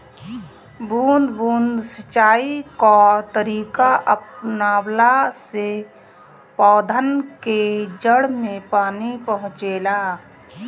बूंद बूंद सिंचाई कअ तरीका अपनवला से पौधन के जड़ में पानी पहुंचेला